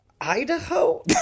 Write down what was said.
Idaho